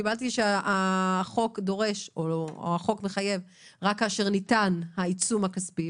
קיבלתי שהחוק מחייב רק כאשר ניתן העיצום הכספי,